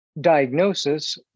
diagnosis